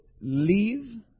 leave